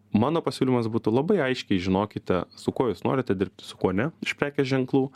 mano pasiūlymas būtų labai aiškiai žinokite su kuo jūs norite dirbti su kuo ne iš prekės ženklų